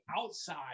outside